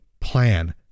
plan